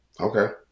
Okay